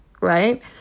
right